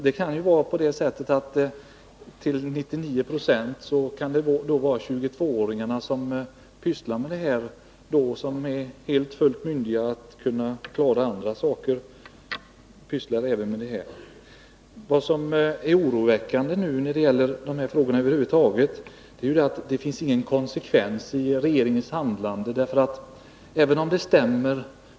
Det kan ju vara på det sättet att det till 99 76 är 22-åringarna, vilka ju är myndiga att klara andra saker, som pysslar med det här. Vad som över huvud taget är oroväckande i dessa frågor är att det inte finns någon konsekvens i regeringens handlande.